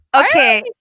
Okay